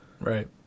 Right